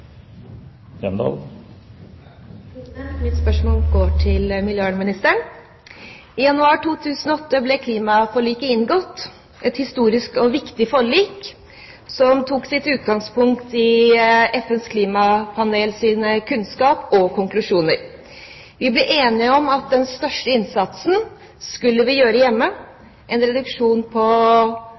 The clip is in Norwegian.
Mitt spørsmål går til miljøvernministeren. I januar 2008 ble klimaforliket inngått – et historisk og viktig forlik som tok sitt utgangspunkt i FNs klimapanels kunnskap og konklusjoner. Vi ble enige om at den største innsatsen skulle vi gjøre hjemme, med en reduksjon på